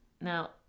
Now